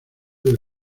del